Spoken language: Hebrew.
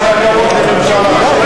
כל הכבוד לממשלה.